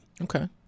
Okay